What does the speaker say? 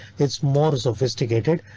it's more sophisticated.